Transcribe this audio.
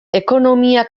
ekonomia